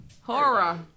Horror